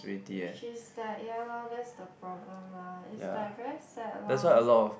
which is like ya lor that's the problem lah is like very sad lor